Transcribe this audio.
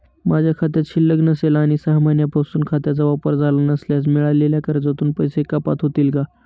माझ्या खात्यात शिल्लक नसेल आणि सहा महिन्यांपासून खात्याचा वापर झाला नसल्यास मिळालेल्या कर्जातून पैसे कपात होतील का?